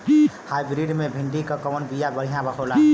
Hybrid मे भिंडी क कवन बिया बढ़ियां होला?